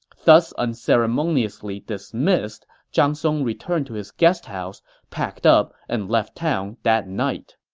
thus unceremoniously dismissed, zhang song returned to his guest house, packed up, and left town that night